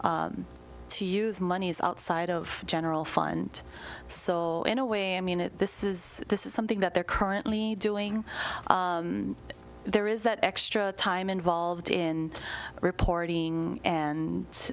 to use monies outside of general fund so in a way i mean it this is this is something that they're currently doing there is that extra time involved in reporting and